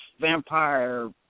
vampire